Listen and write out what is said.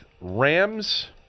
Rams